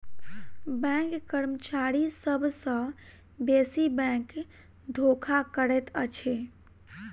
bank कर्मचारी सभ सॅ बेसी बैंक धोखा करैत अछि